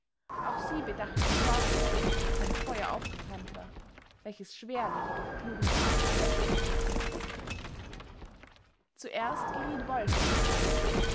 auch sie bedachten sorgenvoll daß ein feuer aufgebrannt war welches schwerlich durch klugen rat gelöscht wurde zuerst geriet wolf in bedrängnis